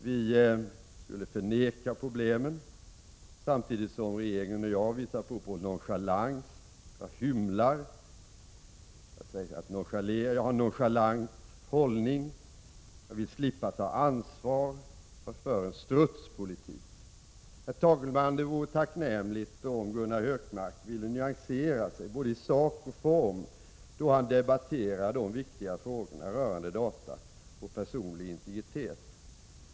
Vi skulle förneka problemen, samtidigt som regeringen och jag visar prov på nonchalans. Jag hymlar, jag har en nonchalant hållning, jag vill slippa att ta ansvar, jag för en strutspolitik. Fru talman! Det vore tacknämligt om Gunnar Hökmark ville nyansera sig i både sak och form då han debatterar de viktiga frågorna rörande data och personlig integritet.